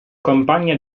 campagna